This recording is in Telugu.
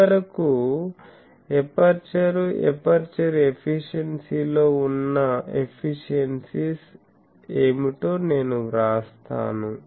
చివరకు ఎపర్చరు ఎపర్చరు ఎఫిషియెన్సీలో ఉన్న ఎఫిషియెన్సీస్ ఏమిటో నేను వ్రాస్తాను